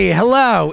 hello